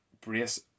brace